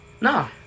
No